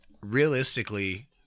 realistically